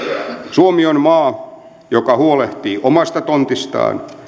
suomi on maa joka huolehtii omasta tontistaan